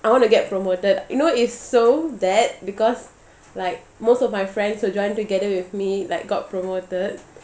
I want to get promoted you know it's so bad because like most of my friends who join together with me like got promoted